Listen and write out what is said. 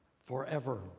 forever